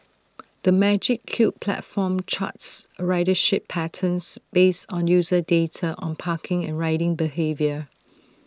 the magic Cube platform charts ridership patterns based on user data on parking and riding behaviour